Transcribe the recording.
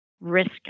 risk